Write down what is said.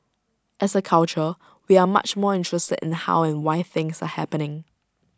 as A culture we are much more interested in how and why things are happening